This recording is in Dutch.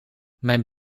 mijn